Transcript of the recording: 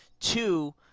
Two